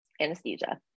anesthesia